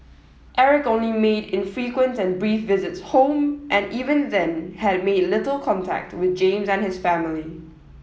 Eric only made infrequent and brief visits home and even then had made little contact with James and his family